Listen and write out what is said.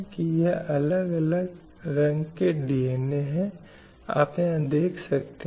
जिससे महिलाओं के खिलाफ इस तरह की हिंसा को रोका जा सकता है